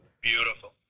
Beautiful